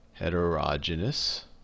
Heterogeneous